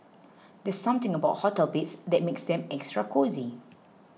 there's something about hotel beds that makes them extra cosy